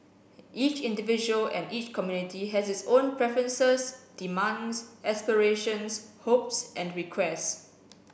each individual and each community has its own preferences demands aspirations hopes and requests